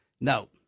No